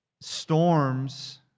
storms